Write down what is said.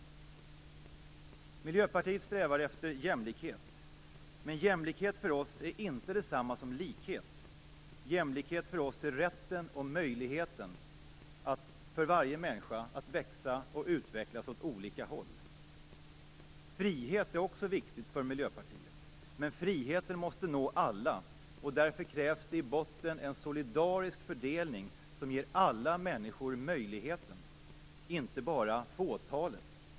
Miljöpartiet strävar efter jämlikhet. Men jämlikhet för oss är inte detsamma som likhet. Jämlikhet för oss är rätten och möjligheten för varje människa att växa och utvecklas åt olika håll. Frihet är också viktigt för Miljöpartiet, men friheten måste nå alla, och därför krävs det i botten en solidarisk fördelning som ger alla människor möjligheten - inte bara fåtalet.